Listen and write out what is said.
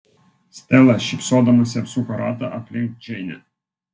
stela šypsodamasi apsuko ratą aplink džeinę